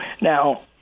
Now